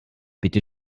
bitte